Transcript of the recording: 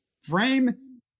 frame